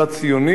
לאומית,